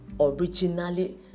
originally